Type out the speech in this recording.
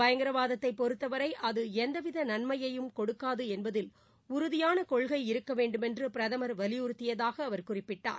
பயங்கரவாதத்தை பொறுத்தவரை அது எந்தவித நன்மையையும் கொடுக்காது என்பதில் உறுதியாள கொள்கை இருக்க வேண்டுமென்று பிரதமர் வலியுறுத்தியதாக அவர் குறிப்பிட்டார்